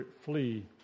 Flee